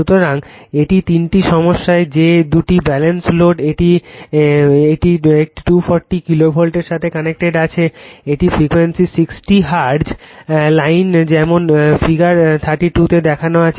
সুতরাং এই তিনটি সমস্যায় যে দুটি ব্যালেন্স লোড একটি 240 kV এর সাথে কানেক্টেড আছে এটি ফ্রিকোয়েন্সি 60 hertz লাইন যেমন ফিগার 32 তে দেখানো আছে